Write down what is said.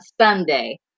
Sunday